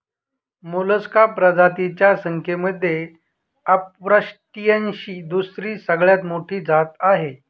Mollusca प्रजातींच्या संख्येमध्ये अपृष्ठवंशीयांची दुसरी सगळ्यात मोठी जात आहे